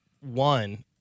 one